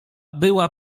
była